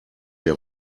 der